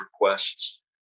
requests